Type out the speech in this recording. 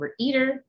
Overeater